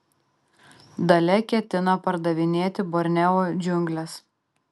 dalia ketina pardavinėti borneo džiungles